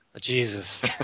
Jesus